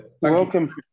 welcome